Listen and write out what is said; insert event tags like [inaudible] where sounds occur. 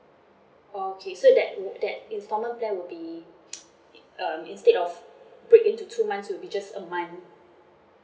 okay so that that instalment plan will be [noise] um instead of break into to two months will be just a month